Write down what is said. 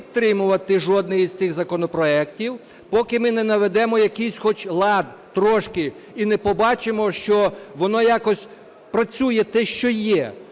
підтримувати жодний із цих законопроектів, поки ми не наведемо якийсь хоч лад трошки і не побачимо, що воно якось працює те, що є.